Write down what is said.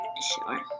Sure